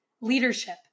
leadership